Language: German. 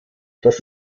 das